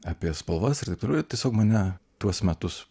apie spalvas ir taip toliau tiesiog mane tuos metus